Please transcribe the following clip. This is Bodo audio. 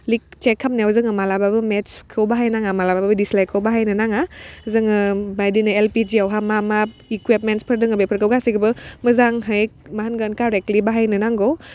लिग चेक खामनायाव जोङो मालाबाबो मेट्सखौ बाहाय नाङा मालाबाबो दिस्लाइखौ बाहायनो नाङा जोङो बायदिनो एलपिजियावहा मा मा इकुयेप्टमेन्टफोर दङ बेफोरखो गासैखौबो मोजाङै मा होनगोन कारेक्टलि बाहायनो नांगौ